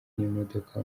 n’imodoka